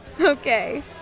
Okay